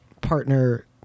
Partner